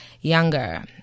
younger